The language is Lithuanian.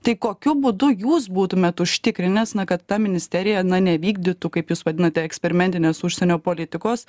tai kokiu būdu jūs būtumėt užtikrinęs na kad ta ministerija na nevykdytų kaip jūs vadinate eksperimentinės užsienio politikos